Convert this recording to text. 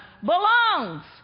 belongs